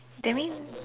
that mean